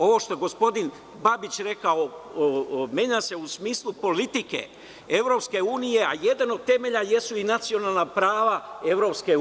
Ovo što je gospodin Babić rekao, menja se u smislu politike EU, a jedan od temelja jesu i nacionalna prava EU.